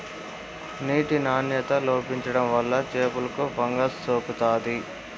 నీటి నాణ్యత లోపించడం వల్ల చేపలకు ఫంగస్ సోకుతాది